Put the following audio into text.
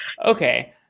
Okay